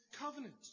covenant